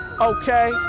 Okay